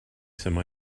some